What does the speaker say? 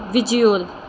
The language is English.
visual